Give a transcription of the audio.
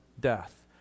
death